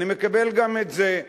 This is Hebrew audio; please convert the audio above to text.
אני מקבל גם את זה.